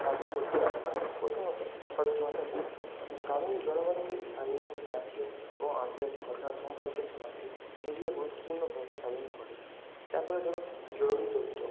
সাহায্য করতে পারে প্রথমত সচেতনতা বৃদ্ধি গ্রামীণ জনগণকে স্থানীয় জাতীয় ও আন্তর্জাতিক ঘটনা সম্পর্কে জানাতে মিডিয়া গুরুত্বপূর্ণ ভূমিকা পালন করে তারপরে ধরুন জরুরি তথ্য